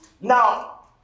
Now